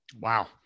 Wow